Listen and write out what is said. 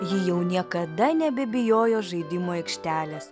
ji jau niekada nebebijojo žaidimų aikštelės